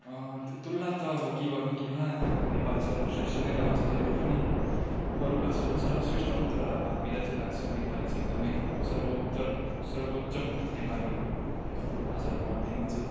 अँ तुलना त अब के गर्नु तुलना नेपाली सर्वश्रेष्ठ नै रहन्छ जहिले पनि अरू भाषा पनि सर्वश्रेष्ठ हुन् तर अब हामीलाई चाहिँ लाग्छ नेपाली चाहिँ एकदमै सर्वोत्तर सर्वोच्चम नेपाली हो अरू भाषाहरूमध्येमा चाहिँ